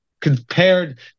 compared